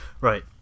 right